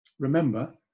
Remember